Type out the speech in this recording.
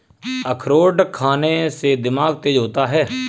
अखरोट खाने से दिमाग तेज होता है